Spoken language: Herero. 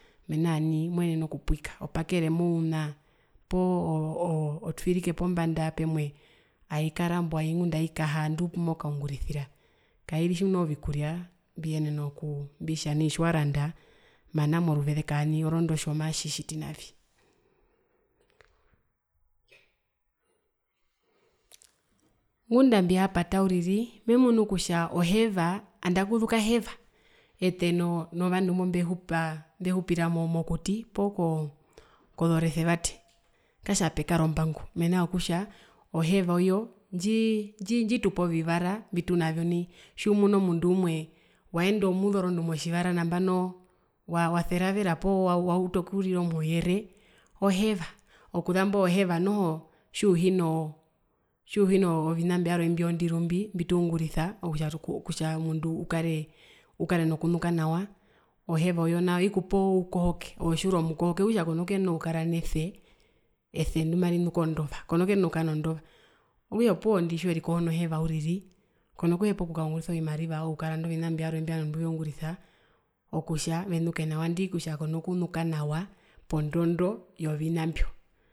Mena rahanii moenene okupwika oturike pombanda ngapumokaungurisira kairi tjimuno vikurya mbiyenena okuuu mbitjanai tjiwaranda mana moruveze kaani orondu otjo matjitjiti navi. Ngunda ambihiyapata uriri memunu kutja oheva andakuzu kaheva ete noo novandu mba mbehupaa mbehupira mo mo mokuti poo kozoresevate katja pekara ombangu mena rokutja oheva oyo ondjitupa ovivara mbitunavyo nai tjiumuna omundu umwe waenda omuzorondu motjivara nambano waseravera poo wauta okurira omuyere ohevaokuzambo oheva noho tjiuhinoo tjiuhinoo vina mbyo vyarwe imbyo vyondiru mbi mbituungurisa kutja kutja omundu ukare nokunuka nawa oheva nao ikupa oukohoke ove tjiuru omukohokeokutja kona kuyenena okukara nese ese ndimarinuka ondova kona kuyenena okukara nondova okutja opuwo indi tjiwerikohonoheva uriri kona kuhepa okukaungurisa ovimariva okukaranda ovina imbyo vywarwe ovandu mbiveungurisa kutja venuke nawa andii kutja kona kunuka nawa pondondo yovina mbyo.